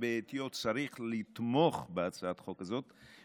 שבעטיו צריך לתמוך בהצעת החוק הזאת,